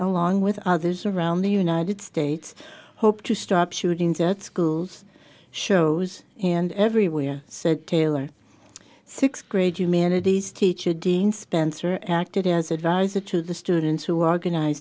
along with others around the united states hoped to stop shootings at schools shows and everywhere said taylor sixth grade humanities teacher dean spencer acted as advisor to the students who